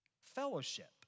Fellowship